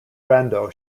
brando